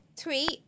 tweet